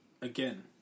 Again